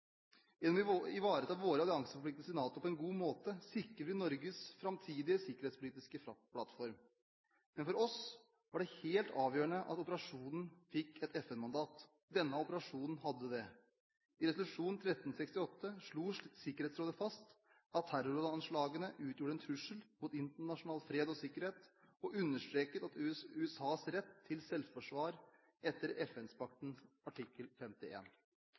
ivareta våre allianseforpliktelser i NATO på en god måte sikrer vi Norges framtidige sikkerhetspolitiske plattform. Men for oss var det helt avgjørende at operasjonen fikk et FN-mandat. Denne operasjonen hadde det. I resolusjon 1368 slo Sikkerhetsrådet fast at terroranslagene utgjorde en trussel mot internasjonal fred og sikkerhet og understreket USAs rett til selvforsvar etter FN-paktens artikkel